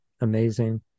amazing